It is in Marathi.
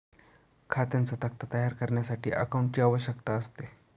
खात्यांचा तक्ता तयार करण्यासाठी अकाउंटंटची आवश्यकता असते